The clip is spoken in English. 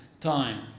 time